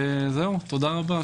תודה רבה.